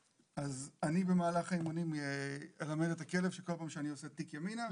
אז אני במהלך האימונים אלמד את הכלב שכל פעם כשאני עושה טיק ימינה,